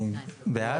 אני בעד.